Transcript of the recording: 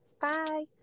Bye